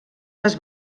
les